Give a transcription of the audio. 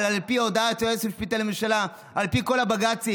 אבל על פי הודעת היועץ המשפטי לממשלה ועל פי כל הבג"צים,